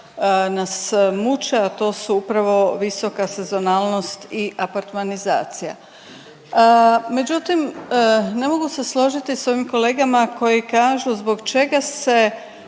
nas muče, a to su upravo visoka sezonalnost i apartmanizacija. Međutim, ne mogu se složiti s ovim kolegama koji kažu, zbog čega se